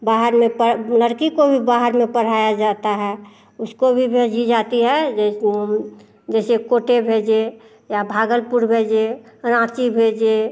बाहर में पढ़ लड़की को भी बाहर में पढ़ाया जाता है उसको भी भेजी जाती है जैसे जैसे कोटे भेजे या भागलपुर भेजिए रांची भेजिए